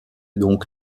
donc